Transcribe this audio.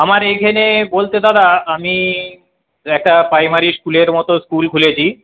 আমার এইখানে বলতে দাদা আমি একটা প্রাইমারি স্কুলের মতো স্কুল খুলেছি